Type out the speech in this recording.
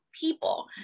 people